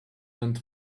and